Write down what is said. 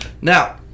now